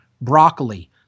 broccoli